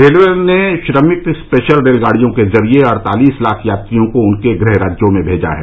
railway ने श्रमिक special रेलगाड़ियों के जरिये अड़तालीस लाख यात्रियों को उनके गृह राज्यों में भेजा है